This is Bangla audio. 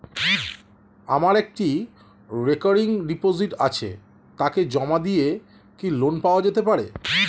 আমার একটি রেকরিং ডিপোজিট আছে তাকে জমা দিয়ে কি লোন পাওয়া যেতে পারে?